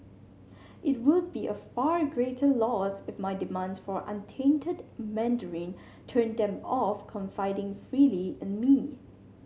it would be a far greater loss if my demands for untainted Mandarin turned them off confiding freely in me